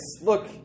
look